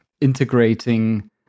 integrating